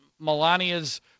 Melania's